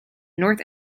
north